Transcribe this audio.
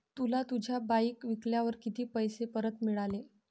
तुला तुझी बाईक विकल्यावर किती पैसे परत मिळाले?